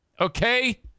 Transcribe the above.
Okay